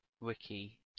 wiki